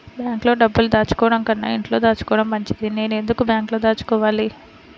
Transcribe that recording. బ్యాంక్లో డబ్బులు దాచుకోవటంకన్నా ఇంట్లో దాచుకోవటం మంచిది నేను ఎందుకు బ్యాంక్లో దాచుకోవాలి?